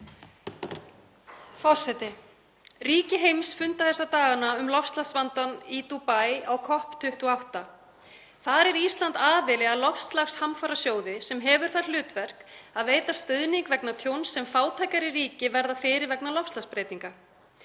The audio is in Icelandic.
Forseti. Ríki heims funda þessa dagana um loftslagsvandann í Dúbaí á COP28. Þar er Ísland aðili að loftslagshamfarasjóði sem hefur það hlutverk að veita stuðning vegna tjóns sem fátækari ríki verða fyrir vegna loftslagsbreytinga.